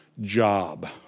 job